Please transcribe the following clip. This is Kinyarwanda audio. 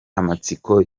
amatsiko